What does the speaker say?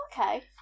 okay